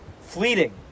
fleeting